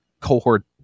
cohort